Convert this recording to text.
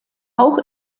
auch